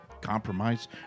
compromise